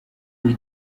buri